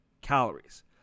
calories